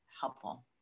helpful